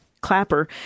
Clapper